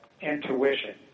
intuition